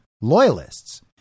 loyalists